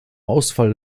ausfall